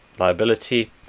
Liability